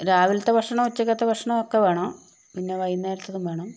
രാവിലത്തെ ഭക്ഷണം ഉച്ചയ്ക്കത്തെ ഭക്ഷണം ഒക്കെ വേണം പിന്നെ വൈകുന്നേരത്തേതും വേണം